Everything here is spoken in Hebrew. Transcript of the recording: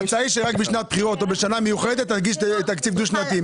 שרק בשנת בחירות או בשנה מיוחדת יוגש תקציב דו-שנתי,